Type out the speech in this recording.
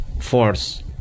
force